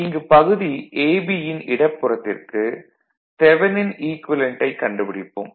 இங்கு பகுதி a b யின் இடப்புறத்திற்கு தெவனின் ஈக்குவேலன்ட்டைக் கண்டுபிடிப்போம்